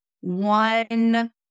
one